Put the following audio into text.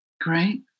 Great